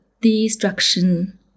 destruction